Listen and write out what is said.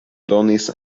donis